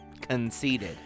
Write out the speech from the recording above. Conceded